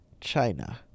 china